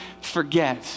forget